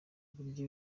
burya